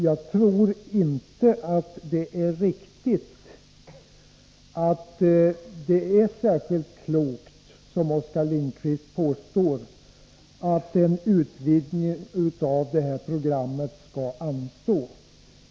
Jag tror inte att det är särskilt klokt, som Oskar Lindkvist påstår, att en utvidgning av det här programmet skall anstå.